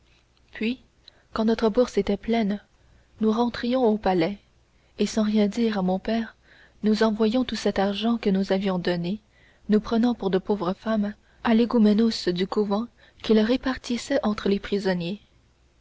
puis quand notre bourse était pleine nous rentrions au palais et sans rien dire à mon père nous envoyions tout cet argent qu'on nous avait donné nous prenant pour de pauvres femmes à l'égoumenos du couvent qui le répartissait entre les prisonniers